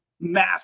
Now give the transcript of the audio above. mass